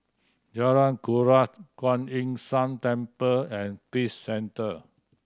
Jalan Kuras Kuan Yin San Temple and Peace Centre